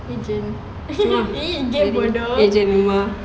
agent